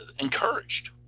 encouraged